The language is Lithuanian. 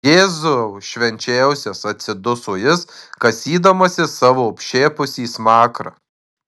jėzau švenčiausias atsiduso jis kasydamasis savo apšepusį smakrą